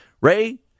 Ray